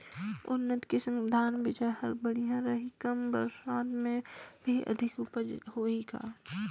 उन्नत किसम धान बीजा कौन हर बढ़िया रही? कम बरसात मे भी अधिक उपज होही का?